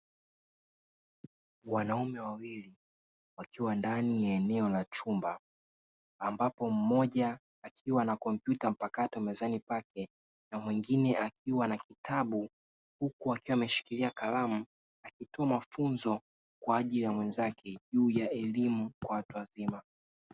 Wanaume wawili wakiwa ndani ya eneo la chumba ambapo mmoja akiwa na kompyuta mpakato mezani kwake na mwingine akiwa na kitabu, huku akiwa ameshikilia kalamu akitoa mafunzo kwa ajili ya mwenzake juu ya elimu kwa watu wazima.